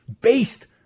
based